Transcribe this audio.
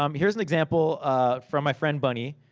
um here's an example from my friend bunny.